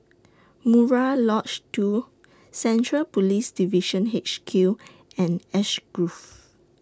Murai Lodge two Central Police Division H Q and Ash Grove